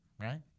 right